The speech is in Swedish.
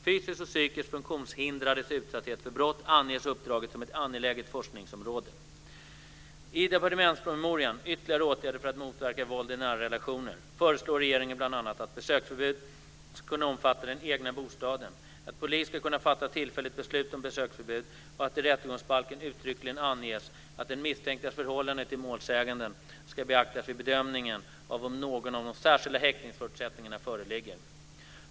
Fysiskt och psykiskt funktionshindrades utsatthet för brott anges i uppdraget som ett angeläget forskningsområde. föreslår regeringen bl.a. att besöksförbud ska kunna omfatta den egna bostaden, att polis ska kunna fatta tillfälligt beslut om besöksförbud och att det i rättegångsbalken uttryckligen anges att den misstänktes förhållande till målsäganden ska beaktas vid bedömningen av om någon av de särskilda häktningsförutsättningarna föreligger.